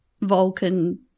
Vulcan